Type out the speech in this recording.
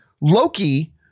Loki